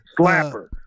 slapper